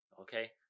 okay